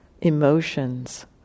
emotions